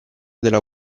della